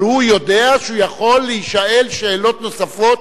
אבל הוא יודע שהוא יכול להישאל שאלות נוספות